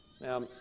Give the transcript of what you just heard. Now